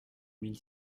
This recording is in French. mille